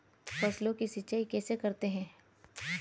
फसलों की सिंचाई कैसे करते हैं?